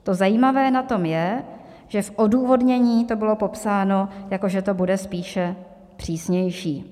To zajímavé na tom je, že v odůvodnění to bylo popsáno, jako že to bude spíše přísnější.